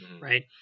right